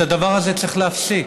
את הדבר הזה צריך להפסיק.